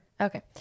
Okay